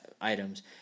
items